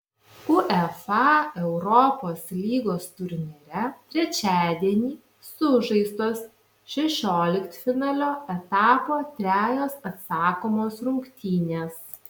uefa europos lygos turnyre trečiadienį sužaistos šešioliktfinalio etapo trejos atsakomos rungtynės